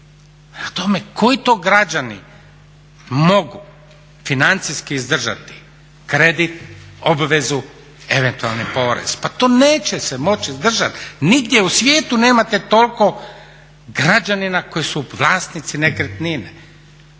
tome koji to građani mogu financijski izdržati kredit, obvezu, eventualni porez? Pa to se neće moći izdržati. Nigdje u svijetu nemate toliko građana koji su vlasnici nekretnine,